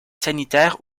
sanitaires